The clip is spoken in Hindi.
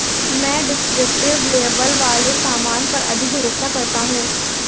मैं डिस्क्रिप्टिव लेबल वाले सामान पर अधिक भरोसा करता हूं